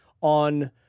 on